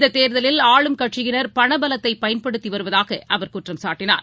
இந்தத் தேர்தலில் ஆளும் கட்சியினர் பணபலத்தையயன்படுத்திவருவதாகவும் அவர் குற்றம் சாட்டனார்